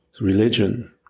religion